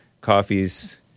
coffees